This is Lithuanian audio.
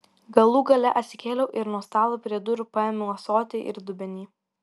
galų gale atsikėliau ir nuo stalo prie durų paėmiau ąsotį ir dubenį